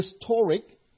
historic